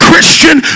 Christian